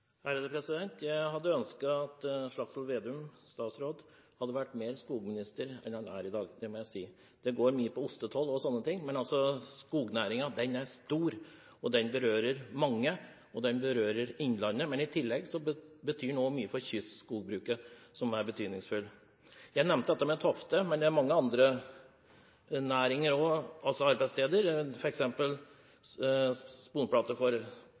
Jeg hadde ønsket at statsråd Slagsvold Vedum hadde vært mer skogminister enn han er i dag, det må jeg si. Det går mye på ostetoll og sånne ting. Men skognæringen er stor, og den berører mange. Den berører innlandet, men i tillegg betyr den også mye for kystskogbruket, som er betydningsfullt. Jeg nevnte Tofte, men det er mange andre